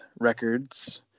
records